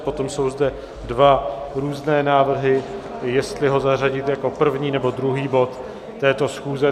Potom jsou zde dva různé návrhy, jestli ho zařadit jako první, nebo druhý bod této schůze.